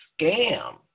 scam